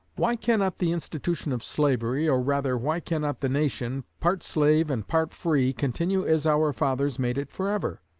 why cannot the institution of slavery, or, rather, why cannot the nation, part slave and part free, continue as our fathers made it forever